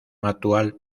actual